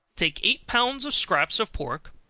take eight pounds of scraps of pork,